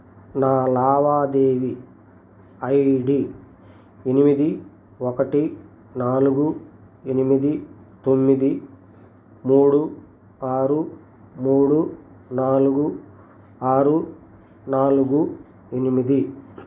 నా లావాదేవి I D ఎనిమిది ఒకటి నాలుగు ఎనిమిది తొమ్మిది మూడు ఆరు మూడు నాలుగు ఆరు నాలుగు ఎనిమిది